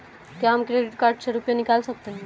क्या हम credit card से रुपये निकाल सकते हैं?